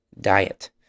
Diet